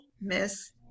miss